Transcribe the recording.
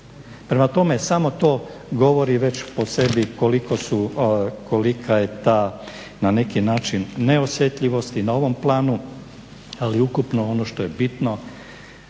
Prema tome, samo to govori već po sebi kolika je ta na neki način neosjetljivosti na ovom planu, ali ukupno ono što je bitno,